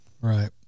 Right